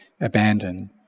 abandon